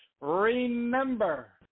Remember